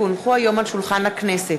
כי הונחו היום על שולחן הכנסת,